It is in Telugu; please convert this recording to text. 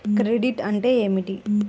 క్రెడిట్ అంటే ఏమిటి?